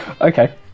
Okay